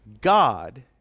God